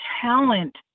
talent